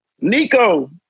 Nico